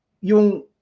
yung